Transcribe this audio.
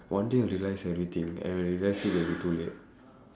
one day you'll realise everything and when you realise it will be too late